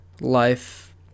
life